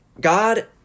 God